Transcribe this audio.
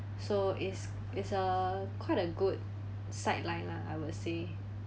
so is is a quite a good sideline lah I would say